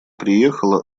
приехала